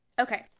Okay